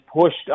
pushed